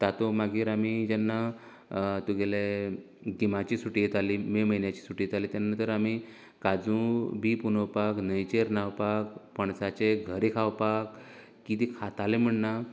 तातूंत मागीर आमी जेन्ना तुगेले गिमांची सुटी येताली मे म्हयन्यांची सुटी येताली तेन्ना तर आमी काजू बीं पुंजोवपाक न्हंयचेर न्हांवपाक पणसांचे घरें खावपाक कितें खाताले म्हण ना